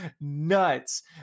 nuts